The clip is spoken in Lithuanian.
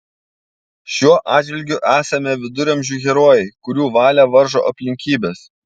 šiuo atžvilgiu esame viduramžių herojai kurių valią varžo aplinkybės